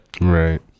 right